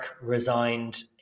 resigned